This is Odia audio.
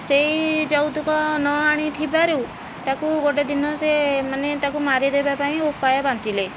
ସେହି ଯୌତୁକ ନ ଆଣିଥିବାରୁ ତାକୁ ଗୋଟିଏ ଦିନ ସେ ମାନେ ତାକୁ ମାରିଦେବା ପାଇଁ ଉପାୟ ପାଞ୍ଚିଲେ